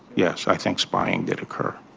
yes, i think spying did occur